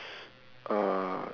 uh